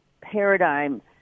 paradigm